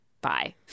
bye